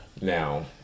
Now